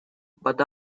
but